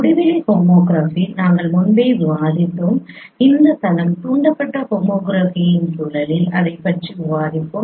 முடிவிலி ஹோமோகிராபி நாங்கள் முன்பே விவாதித்தோம் இந்த தளம் தூண்டப்பட்ட ஹோமோகிராஃபியின் சூழலில் அதைப் பற்றி விவாதிப்போம்